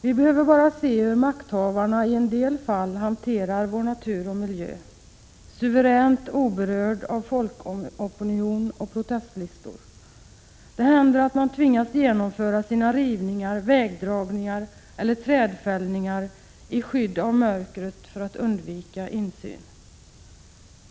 Vi behöver bara se hur makthavarna i en del fall hanterar vår natur och miljö — suveränt oberörda av folkopinion och protestlistor. Det händer att man tvingas genomföra sina rivningar, vägdragningar eller trädfällningar i skydd av mörkret för att undvika insyn!